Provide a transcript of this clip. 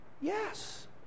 Yes